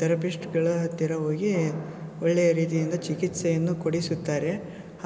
ತೆರಪಿಸ್ಟ್ಗಳ ಹತ್ತಿರ ಹೋಗಿ ಒಳ್ಳೆಯ ರೀತಿಯಿಂದ ಚಿಕಿತ್ಸೆಯನ್ನು ಕೊಡಿಸುತ್ತಾರೆ